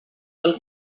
del